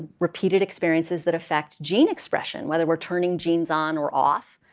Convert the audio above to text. repeated experiences that affect gene expression, whether we're turning genes on or off,